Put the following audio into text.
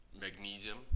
magnesium